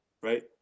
right